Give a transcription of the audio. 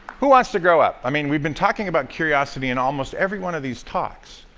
who wants to grow up? i mean, we've been talking about curiosity in almost every one of these talks.